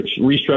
restructure